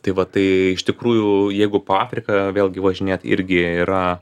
tai va tai iš tikrųjų jeigu po afriką vėlgi važinėt irgi yra